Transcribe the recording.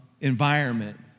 environment